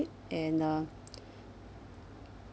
and uh